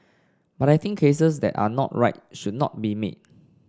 but I think cases that are not right should not be made